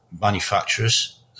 manufacturers